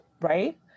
right